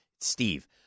Steve